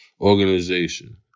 organization